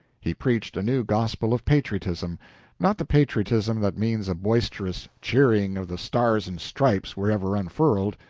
he preached a new gospel of patriotism not the patriotism that means a boisterous cheering of the stars and stripes wherever unfurled,